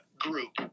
group